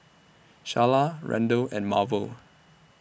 Sharla Randle and Marvel